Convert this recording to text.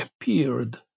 appeared